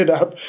up